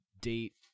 date